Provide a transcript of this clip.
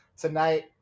tonight